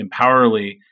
Empowerly